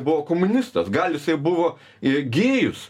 buvo komunistas gal jisai buvo ir gėjus